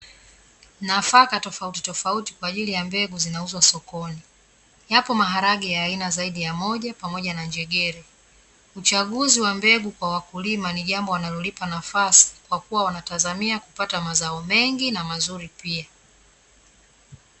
Nafaka tofauti tofauti kwa ajili ya mbegu zinauzwa sokoni. Yapo maharage ya aina zaidi ya moja, pamoja na njegere. Uchaguzi wa mbegu kwa wakulima ni jambo wanalolipa nafasi, kwa kua wanatazamia kupata mazao mengi na mazuri pia.